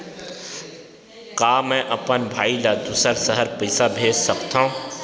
का मैं अपन भाई ल दुसर शहर पईसा भेज सकथव?